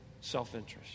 self-interest